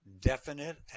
definite